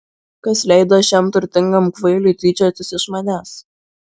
kas leido šiam turtingam kvailiui tyčiotis iš manęs